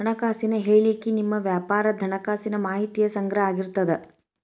ಹಣಕಾಸಿನ ಹೇಳಿಕಿ ನಿಮ್ಮ ವ್ಯಾಪಾರದ್ ಹಣಕಾಸಿನ ಮಾಹಿತಿಯ ಸಂಗ್ರಹ ಆಗಿರ್ತದ